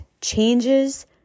changes